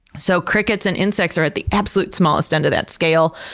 so crickets and insects are at the absolute smallest end of that scale.